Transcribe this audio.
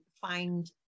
find